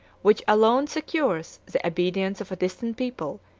which alone secures the obedience of a distant people,